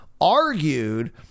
argued